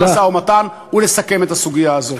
למשא-ומתן ולסכם את הסוגיה הזאת.